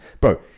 bro